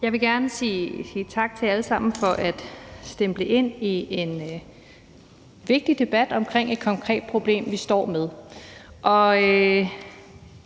Jeg vil gerne sige tak til jer alle sammen for at stemple ind i en vigtig debat om et konkret problem, vi står med.